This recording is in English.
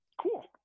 Cool